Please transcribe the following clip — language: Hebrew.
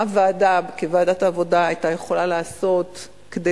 מה ועדה כוועדת העבודה היתה יכולה לעשות כדי